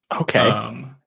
Okay